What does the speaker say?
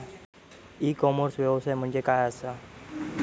E commerce व्यवसाय म्हणजे काय असा?